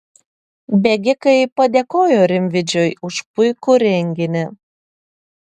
bėgikai padėkojo rimvydžiui už puikų renginį